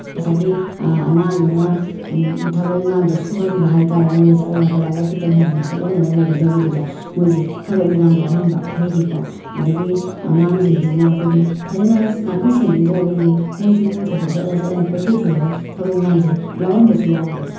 ꯉꯁꯥꯏꯒꯤ ꯑꯉꯥꯡꯗꯨꯅ ꯊꯕꯛ ꯏꯪꯈꯥꯡꯗꯣ ꯁꯨꯍꯟꯕ ꯍꯥꯏ ꯇꯥꯔꯦ ꯃꯣꯏꯗ ꯆꯠꯂꯒ ꯂꯥꯏꯔꯤꯛ ꯂꯥꯏꯁꯨ ꯇꯝꯍꯟꯗꯅ ꯈꯣꯠꯍꯟꯗꯅ ꯂꯩꯒꯗꯕꯗꯨꯗ ꯃꯣꯏꯁꯦ ꯊꯕꯛ ꯏꯪꯈꯥꯡ ꯌꯥꯎꯍꯟꯕ ꯃꯤꯒꯤꯀꯣ ꯑꯗꯒꯤ ꯑꯉꯥꯡꯁꯤꯡꯁꯤꯅ ꯑꯩꯈꯣꯏꯒꯤ ꯐꯖꯅ ꯉꯥꯛꯄꯤ ꯁꯦꯟꯕꯤꯗ꯭ꯔꯕꯅꯤꯅ ꯃꯣꯏꯁꯨ ꯃꯣꯏ ꯊꯣꯛꯄ ꯆꯠꯂ ꯆꯠꯂ ꯀꯣꯏꯊꯤ ꯊꯤꯔꯒ ꯊꯕꯛ ꯏꯪꯈꯥꯡꯁꯦ ꯌꯥꯎꯔꯝꯕꯁꯨ ꯌꯥꯎꯋꯦꯕ